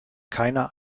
keiner